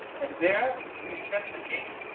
and there he set the king,